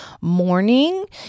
morning